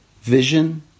vision